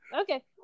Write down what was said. okay